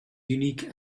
unique